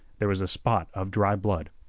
there was a spot of dry blood.